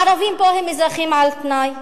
הערבים פה הם אזרחים על תנאי,